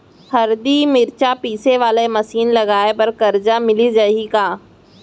हरदी, मिरचा पीसे वाले मशीन लगाए बर करजा मिलिस जाही का?